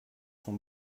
sont